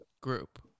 group